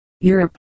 Europe